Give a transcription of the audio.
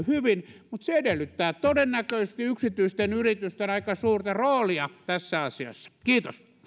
hyvin mutta se edellyttää todennäköisesti yksityisten yritysten aika suurta roolia tässä asiassa kiitos